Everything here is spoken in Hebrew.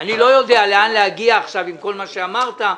אני לא יודע לאן להגיע עכשיו עם כל מה שאמרת.